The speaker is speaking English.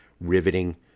riveting